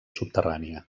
subterrània